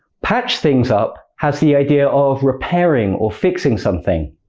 patch things up has the idea of repairing or fixing something.